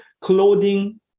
clothing